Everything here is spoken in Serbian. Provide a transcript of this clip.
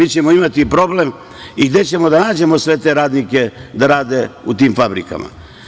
Imaćemo problem – gde ćemo da nađemo sve te radnike da rade u tim fabrikama?